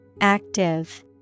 Active